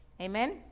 Amen